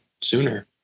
sooner